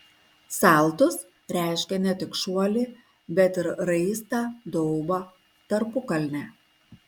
saltus reiškia ne tik šuolį bet ir raistą daubą tarpukalnę